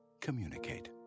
Communicate